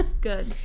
good